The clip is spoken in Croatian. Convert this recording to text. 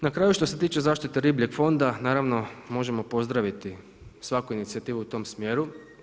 Na kraju, što se tiče zaštite ribljeg fonda, naravno, možemo pozdraviti svaku inicijativu u tom smjeru.